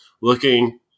looking